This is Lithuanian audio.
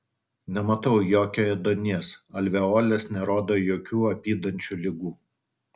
nematau jokio ėduonies alveolės nerodo jokių apydančių ligų